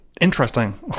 interesting